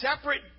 separate